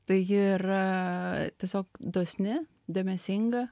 tai ji yra tiesiog dosni dėmesinga